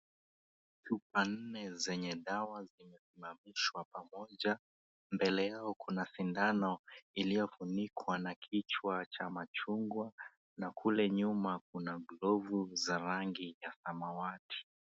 Chupa nne zenye dawa zimesimamishwa pamoja. Mbele yao kuna sindano iliyofunikwa na kichwa cha machungwa na kule nyuma kuna glovu za rangi ya samawati.